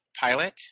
pilot